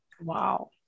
Wow